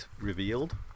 revealed